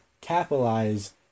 capitalize